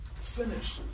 finish